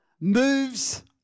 moves